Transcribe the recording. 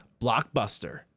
blockbuster